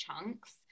chunks